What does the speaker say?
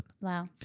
Wow